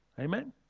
Amen